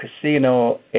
Casino